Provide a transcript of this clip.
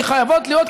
שחייבות להיות,